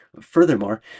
Furthermore